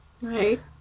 Right